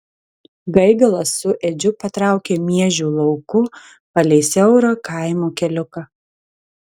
gaigalas su edžiu patraukė miežių lauku palei siaurą kaimo keliuką